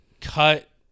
cut